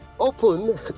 open